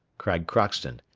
cried crockston,